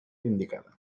indicada